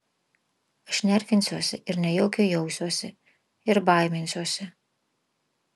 aš nervinsiuosi nejaukiai jausiuosi ir baiminsiuosi